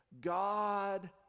god